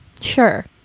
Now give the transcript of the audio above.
sure